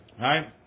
right